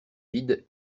vides